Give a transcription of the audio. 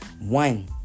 One